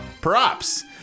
Props